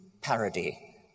parody